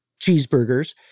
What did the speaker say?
cheeseburgers